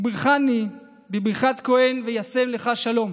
הוא בירכני בברכת כהן "וישם לך שלום"